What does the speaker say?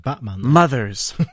Mothers